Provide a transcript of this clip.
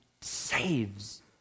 saves